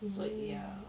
mm ya